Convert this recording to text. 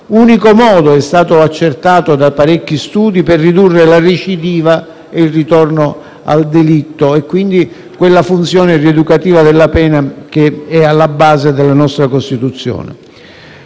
unico modo - è stato accertato da parecchi studi - per ridurre la recidiva e il ritorno al delitto: quindi, quella funzione rieducativa della pena che è alla base della nostra Costituzione.